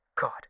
God